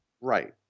Right